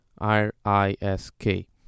R-I-S-K